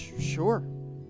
sure